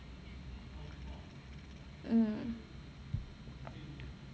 mmhmm